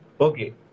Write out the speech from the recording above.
Okay